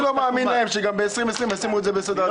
אני לא מאמין להם שגם ב-2020 ישימו את זה בסדר עדיפויות.